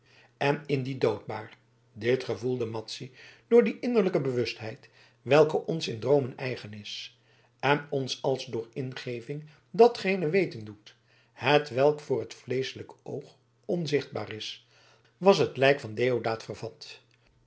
en in die doodbaar dit gevoelde madzy door die innerlijke bewustheid welke ons in droomen eigen is en ons als door ingeving datgene weten doet hetwelk voor het vleeschelijke oog onzichtbaar is was het lijk van deodaat vervat